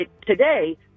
today